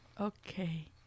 Okay